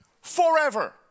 forever